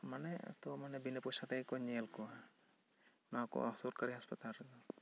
ᱢᱟᱱᱮ ᱟᱛᱳ ᱢᱟᱱᱮ ᱵᱤᱱᱟᱹ ᱯᱚᱭᱥᱟ ᱛᱮᱜᱮ ᱠᱚ ᱧᱮᱞ ᱠᱚᱣᱟ ᱱᱚᱣᱟ ᱠᱚ ᱥᱚᱨᱠᱟᱨᱤ ᱦᱟᱥᱯᱟᱛᱟᱞ ᱨᱮᱫᱚ